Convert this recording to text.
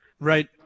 right